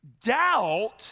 Doubt